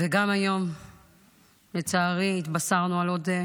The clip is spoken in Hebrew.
וגם היום, לצערי, התבשרנו על עוד